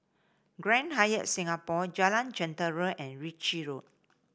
Grand Hyatt Singapore Jalan Jentera and Ritchie Road